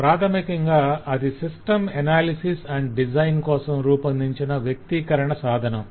ప్రాధమికంగా అది system analysis and design కోసం రూపొందించిన వ్యక్తీకరణ సాధనం